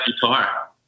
guitar